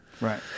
Right